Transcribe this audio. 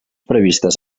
previstes